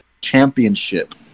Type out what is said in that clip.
championship